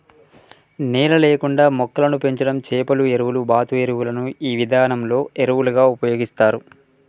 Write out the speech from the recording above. నేల లేకుండా మొక్కలను పెంచడం చేపల ఎరువు, బాతు ఎరువులను ఈ విధానంలో ఎరువులుగా ఉపయోగిస్తారు